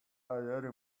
already